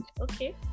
Okay